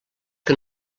que